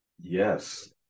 yes